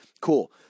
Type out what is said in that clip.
cool